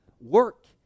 Work